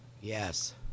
Yes